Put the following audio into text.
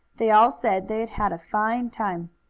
they all said they had had a fine time.